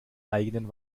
eigenen